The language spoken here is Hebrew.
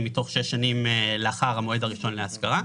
מתוך שש שנים לאחר המועד הראשון להשכרה,